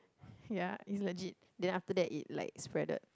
ya it's legit then after that it like spreaded